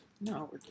No